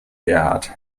gerhard